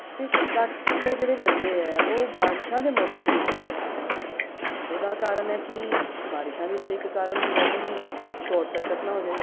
ਅਤੇ ਕੱਟ ਜਿਹੜੇ ਲੱਗਦੇ ਹੈ ਉਹ ਬਾਰਿਸ਼ਾਂ ਦੇ ਮੌਸਮ 'ਚ ਵੀ ਬਹੁਤ ਲੱਗਦੇ ਹੈ ਉਹਦਾ ਕਾਰਨ ਹੈ ਕਿ ਬਾਰਿਸ਼ਾਂ ਵਿੱਚ ਇੱਕ ਕਾਰਨ ਹੁੰਦਾ ਜੀ ਸ਼ੋਰਟ ਸਰਕਟ ਨਾ ਹੋ ਜਾਵੇ